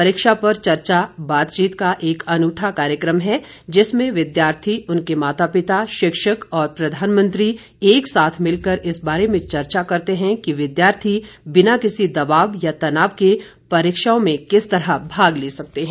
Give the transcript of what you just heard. परीक्षा पर चर्चा बातचीत का एक अनूठा कार्यक्रम है जिसमें विद्यार्थी उनके माता पिता शिक्षक और प्रधानमंत्री एक साथ मिलकर इस बारे में चर्चा करते हैं कि विद्यार्थी बिना किसी दबाव या तनाव के परीक्षाओं में किस तरह भाग ले सकते हैं